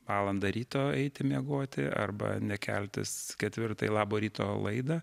valandą ryto eiti miegoti arba ne keltis ketvirtą į labo ryto laidą